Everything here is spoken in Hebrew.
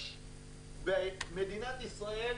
יש במדינת ישראל